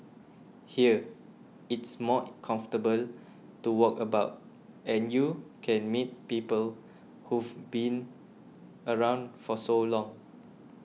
here it's more comfortable to walk about and you can meet people who've been around for so long